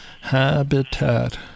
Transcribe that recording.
Habitat